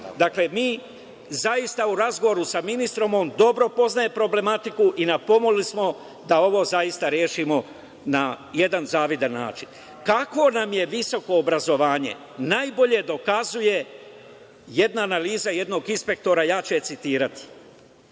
obrazovanju.U razgovoru sa ministrom, on dobro poznaje problematiku i na pomolu smo da ovo zaista rešimo na jedan zavidan način. Kakvo nam je visoko obrazovanje najbolje dokazuje jedna analiza jednog inspektora. Ja ću je citirati.